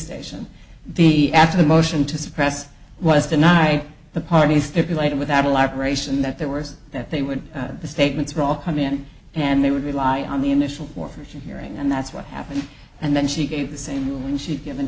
station the after the motion to suppress was denied the parties stipulate without a lot ration that their words that they would the statements were all come in and they would rely on the initial fortune hearing and that's what happened and then she gave the same rule when she'd given